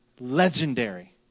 legendary